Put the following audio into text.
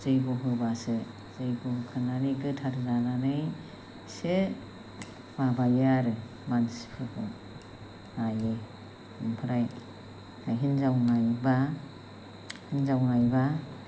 जैग' होब्लासो जैग' होखांनानै गोथार जानानैसो माबायो आरो मानसिफोरखौ नायो आमफ्राय हिनजाव नायब्ला हिनजाव नायब्ला